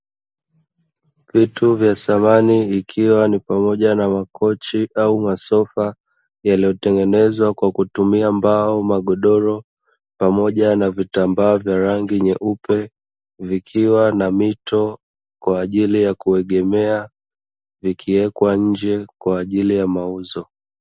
Vitu vya samani ikiwa ni pamoja na makochi au masofa yaliyotengenezwa kwa kutumia mbao, magodoro pamoja na vitambaa vya rangi nyeupe vikiwa na mito kwa ajili ya kuegemea vikiekwa nje kwa ajili ya mauzo.